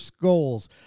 goals